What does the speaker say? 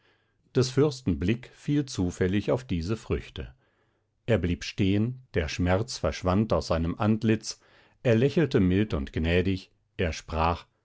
des fürsten blick fiel zufällig auf diese früchte er blieb stehen der schmerz verschwand aus seinem antlitz er lächelte mild und gnädig er sprach